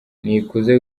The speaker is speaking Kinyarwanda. nikuze